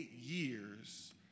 years